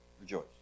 Rejoice